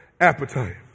appetite